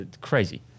Crazy